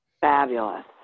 fabulous